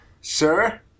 Sir